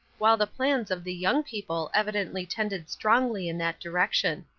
while the plans of the young people evidently tended strongly in that direction.